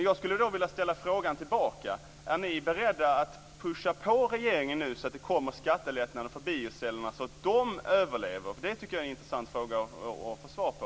Jag vill då ställa motfrågan: Är ni beredda att pusha på regeringen nu så att det kommer skattelättnader för biocellerna för att de ska överleva? Det tycker jag är en intressant fråga att få svar på.